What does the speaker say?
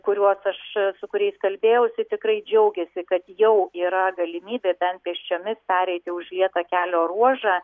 kuriuos aš su kuriais kalbėjausi tikrai džiaugiasi kad jau yra galimybė ten pėsčiomis pereiti užlietą kelio ruožą